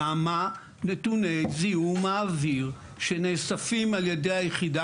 למה נתוני זיהום האוויר שנאספים על ידי היחידה